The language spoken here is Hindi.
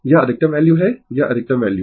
यह अधिकतम वैल्यू है यह अधिकतम वैल्यू